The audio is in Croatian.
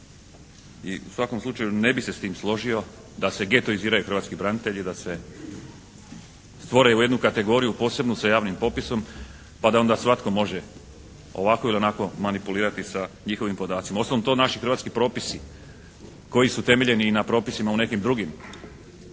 I u svakom slučaju ne bi se s tim složio da se getoiziraju hrvatski branitelji, da se stvaraju u jednu kategoriju posebnu sa javnim popisom pa da onda svatko može ovako ili onako manipulirati sa njihovim podacima. Uostalom to naši hrvatski propisi koji su temeljni i na propisima u nekim drugim